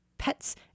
pets